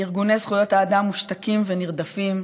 ארגוני זכויות האדם מושתקים ונרדפים.